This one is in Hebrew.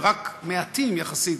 ורק מעטים יחסית,